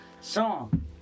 song